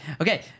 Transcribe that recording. Okay